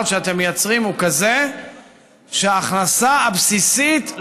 שאתם מייצרים הוא כזה שההכנסה הבסיסית,